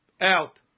out